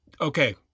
okay